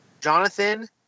Jonathan